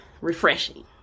refreshing